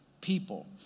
people